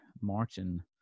Martin